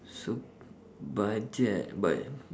so budget but